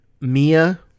Mia